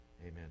Amen